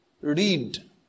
Read